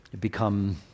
Become